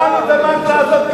שמענו את המנטרה הזאת,